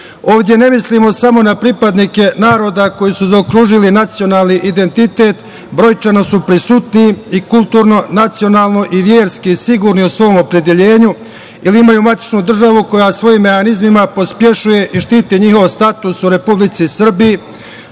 ne mislimo samo na pripadnike naroda koji su zaokružili nacionalni identitet, brojčano su prisutni i kulturno, nacionalno i verski sigurni u svom opredeljenju, jer imaju matičnu državu koja svojim mehanizmima pospešuje i štiti njihov status u Republici Srbiji,